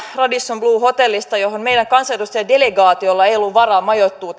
radisson blu hotellista johon meidän kansanedustajadelegaatiollamme ei ollut varaa majoittua